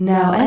Now